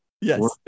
Yes